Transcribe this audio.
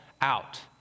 out